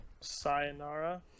Sayonara